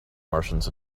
martians